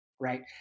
right